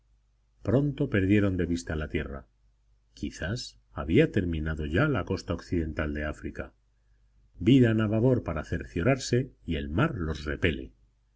pronto perdieron de vista la tierra quizás había terminado ya la costa occidental de áfrica viran a babor para cerciorarse y el mar los repele